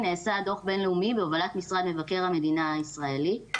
נעשה דוח בין-לאומי בהובלת משרד מבקר המדינה הישראלי.